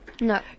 no